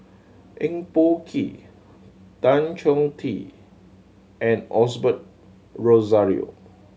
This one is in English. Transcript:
Eng Boh Kee Tan Chong Tee and Osbert Rozario